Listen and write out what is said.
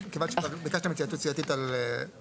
כיוון שביקשתם התייעצות סיעתית בסעיף,